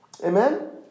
Amen